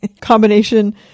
combination